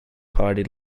party